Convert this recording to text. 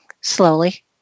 slowly